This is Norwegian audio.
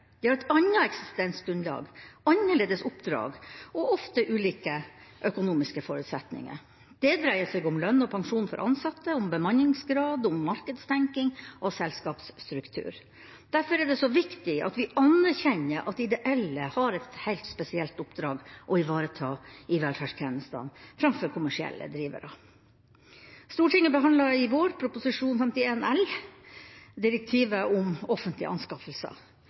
De har et annet eksistensgrunnlag, annerledes oppdrag og ofte ulike økonomiske forutsetninger. Det dreier seg om lønn og pensjon for ansatte, om bemanningsgrad, om markedstenkning og selskapsstruktur. Derfor er det så viktig at vi anerkjenner at ideelle har et helt spesielt oppdrag å ivareta i velferdstjenestene, framfor kommersielle drivere. Stortinget behandlet i vår Prop. 51 L for 2015–2016, om offentlige anskaffelser.